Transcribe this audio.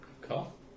Cool